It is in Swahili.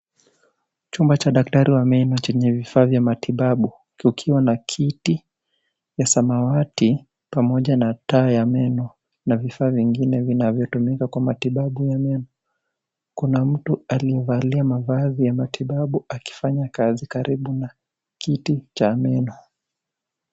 Chumba cha daktari wa meno chenye vifaa vya matibabu kukiwa na kiti ya samawati pamoja na taa ya meno na vifaa vingine vinavyotumika Kwa matibabu ya meno. Kuna mtu aliyevalia mavazi ya matibabu akifanya kazi karibu na kiti cha meno.